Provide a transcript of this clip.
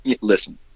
Listen